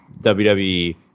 WWE